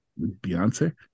Beyonce